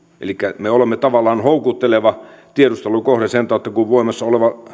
elikkä me olemme tavallaan houkutteleva tiedustelukohde sen tautta kun voimassa oleva tiedustelulainsäädäntö ei